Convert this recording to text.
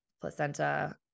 placenta